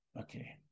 okay